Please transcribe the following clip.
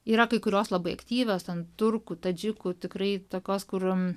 yra kai kurios labai aktyvios ten turkų tadžikų tikrai tokios kur